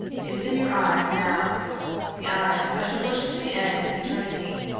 it is in your eyes now the eyes i shall worship to the end of eternity.